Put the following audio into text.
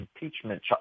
impeachment